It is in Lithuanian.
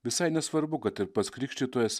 visai nesvarbu kad ir pats krikštytojas